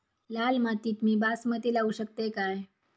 लाल मातीत मी बासमती लावू शकतय काय?